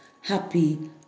Happy